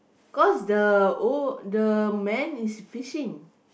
cause the old the man is fishing